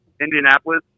indianapolis